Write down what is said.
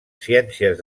ciències